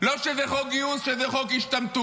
שזה לא חוק גיוס, שזה חוק השתמטות.